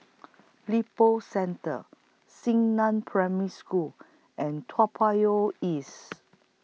Lippo Centre Xingnan Primary School and Toa Payoh East